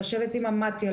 לשבת עם מתי"א,